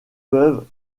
peuvent